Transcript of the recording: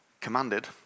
commanded